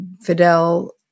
Fidel